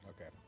Okay